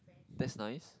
that's nice